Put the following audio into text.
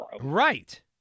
right